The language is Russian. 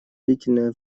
длительное